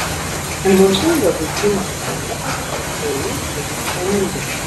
emocingą dūzgimą viršuje pakeitė uolių studijų ramybė